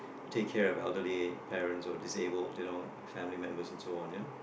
take care of elderly parents or disabled you know family members and so on you know